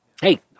Hey